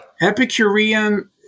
Epicurean